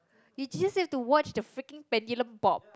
you just have to watch the freaking pendulum bob